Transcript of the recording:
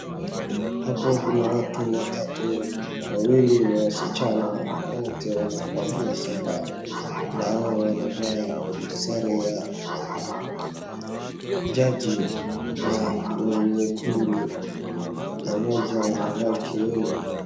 Hapo kuna watu watatu, wawili ni wasichana, hao wote wanafurahia sana na hao wanavaa sare ya jaji, na ni nyekundu na mmoja anavaa kiuno.